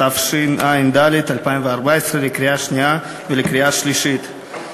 התשע"ד 2014, לקריאה שנייה ולקריאה שלישית.